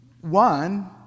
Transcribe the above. One